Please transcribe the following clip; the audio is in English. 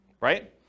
right